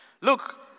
Look